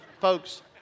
folks